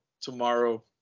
tomorrow